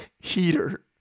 Heater